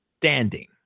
standing